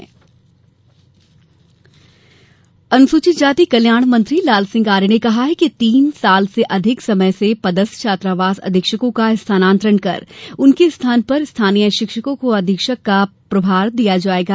तबादला अनुसूचित जाति कल्याण मंत्री लाल सिंह आर्य ने कहा है कि तीन वर्ष से अधिक समय से पदस्थ छात्रावास अधीक्षकों का स्थानातंरण कर उनके स्थान पर स्थानीय शिक्षकों को अधीक्षक का प्रभार दिया जायेगा